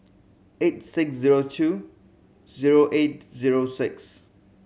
eight six zero two zero eight zero six